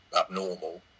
abnormal